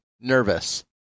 nervous